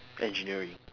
engineering